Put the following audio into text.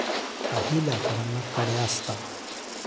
काही लाकडांना कड्या असतात